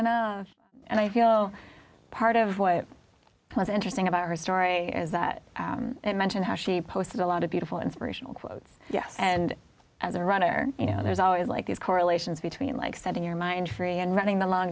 know and i feel so part of what was interesting about her story is that it mentioned how she posted a lot of beautiful inspirational quotes yes and as a writer you know there's always like these correlations between like setting your mind free and running the long